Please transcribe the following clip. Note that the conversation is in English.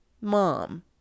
mom